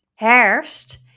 herfst